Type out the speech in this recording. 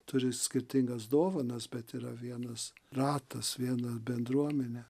turi skirtingas dovanas bet yra vienas ratas viena bendruomenė